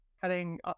cutting